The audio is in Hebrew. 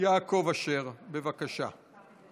יעקב אשר, בבקשה.